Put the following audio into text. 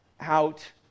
out